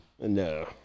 No